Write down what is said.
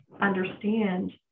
understand